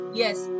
yes